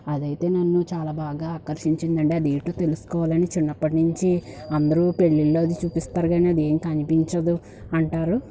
అదైతే నన్ను చాలా బాగా ఆకర్షించిందండి అదేంటో తెలుసుకోవాలని చిన్నప్పటినుంచి అందరూ పెళ్ళిళ్ళో అది చూపిస్తారు కానీ అది ఏమి కనిపించదు అంటారు